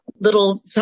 little